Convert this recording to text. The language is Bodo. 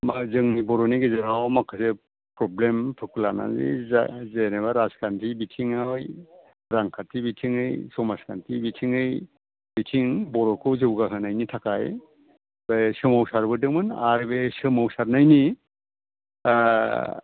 जोंनो बर'नि गेजेराव माखाेसाे प्रब्लेमफोरखौ लानानै जा जेनोबा राजखान्थि बिथिङावहाय रांखान्थि बिथिङै समाज खान्थि बिथिङै बिथिं बर'खौ जौगा होनायनि थाखाय ओइ सोमावसारबोदोंमोन आरो बे सोमावसारनायनि